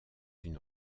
une